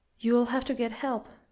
you'll have to get help,